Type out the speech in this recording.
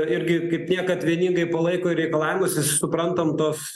irgi kaip niekad vieningai palaiko ir reikalavimus ir suprantam tuos